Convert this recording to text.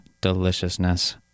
deliciousness